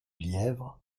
lièvre